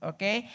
Okay